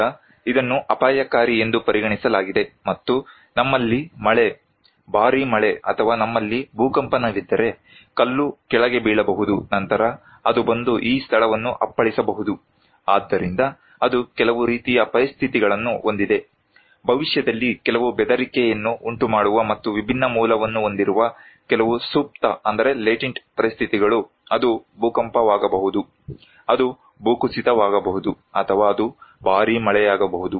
ಈಗ ಇದನ್ನು ಅಪಾಯಕಾರಿ ಎಂದು ಪರಿಗಣಿಸಲಾಗಿದೆ ಮತ್ತು ನಮ್ಮಲ್ಲಿ ಮಳೆ ಭಾರೀ ಮಳೆ ಅಥವಾ ನಮ್ಮಲ್ಲಿ ಭೂಕಂಪನವಿದ್ದರೆ ಕಲ್ಲು ಕೆಳಗೆ ಬೀಳಬಹುದು ನಂತರ ಅದು ಬಂದು ಈ ಸ್ಥಳವನ್ನು ಅಪ್ಪಳಿಸಬಹುದು ಆದ್ದರಿಂದ ಅದು ಕೆಲವು ರೀತಿಯ ಪರಿಸ್ಥಿತಿಗಳನ್ನು ಹೊಂದಿದೆ ಭವಿಷ್ಯದಲ್ಲಿ ಕೆಲವು ಬೆದರಿಕೆಯನ್ನು ಉಂಟುಮಾಡುವ ಮತ್ತು ವಿಭಿನ್ನ ಮೂಲವನ್ನು ಹೊಂದಿರುವ ಕೆಲವು ಸುಪ್ತ ಪರಿಸ್ಥಿತಿಗಳು ಅದು ಭೂಕಂಪವಾಗಬಹುದು ಅದು ಭೂಕುಸಿತವಾಗಬಹುದು ಅಥವಾ ಅದು ಭಾರಿ ಮಳೆಯಾಗಬಹುದು